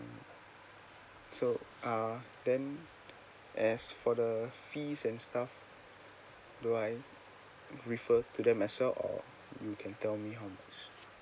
so uh then as for the fees and stuff do I refer to them as well or you can tell me how much